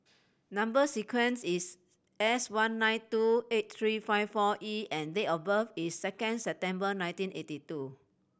number sequence is S one nine two eight three five four E and date of birth is second September nineteen eighty two